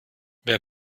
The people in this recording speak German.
wer